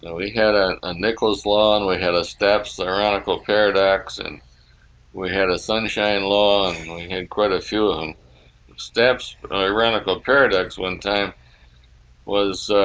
we had a a nicholas law and we had a stepson, ironical paradox and we had a sunshine law. we had quite a few um steps. ironical paradox. one time was